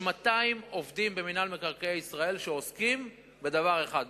יש 200 עובדים במינהל מקרקעי ישראל שעוסקים בדבר אחד,